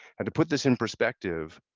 and to put this in perspective,